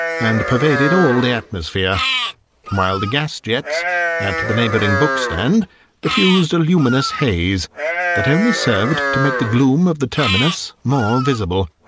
and pervaded all the atmosphere while the gas-jets and at the neighbouring book-stand diffused a luminous haze that only served to make the gloom of the terminus more visible.